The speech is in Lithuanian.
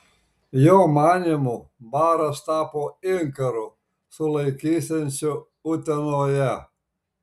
jo manymu baras tapo inkaru sulaikysiančiu utenoje